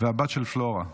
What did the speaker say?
והבת של פלורה.